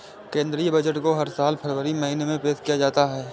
केंद्रीय बजट को हर साल फरवरी महीने में पेश किया जाता है